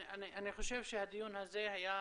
אני חושב שהדיון הזה היה